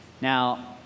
now